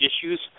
issues